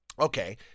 Okay